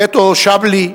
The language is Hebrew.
גטו שבלי,